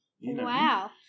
Wow